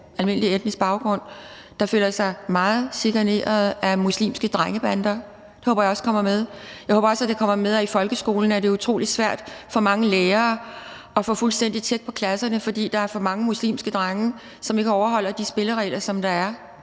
almindelig etnisk baggrund føler sig meget chikaneret af muslimske drengebander, også kommer med. Jeg håber også, at det kommer med, at det i folkeskolen er utrolig svært for mange lærere at få fuldstændig tjek på klasserne, fordi der er for mange muslimske drenge, som ikke overholder de spilleregler, som der er.